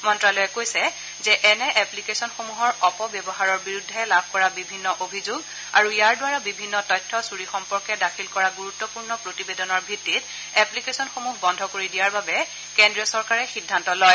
মন্তালয়ে কৈছে যে এনে এপ্লিকেছন সমূহৰ অপ ব্যৱহাৰৰ বিৰুদ্ধে লাভ কৰা বিভিন্ন অভিযোগ আৰু ইয়াৰ দ্বাৰা বিভিন্ন তথ্য চূৰি সম্পৰ্কে দাখিল কৰা গুৰুত্পূৰ্ণ প্ৰতিবেদনৰ ভিত্তিত এপ্নিকেছনসমূহ বন্ধ কৰি দিয়াৰ বাবে কেন্দ্ৰীয় চৰকাৰে সিদ্ধান্ত লয়